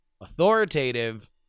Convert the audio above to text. authoritative